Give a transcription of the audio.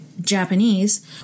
japanese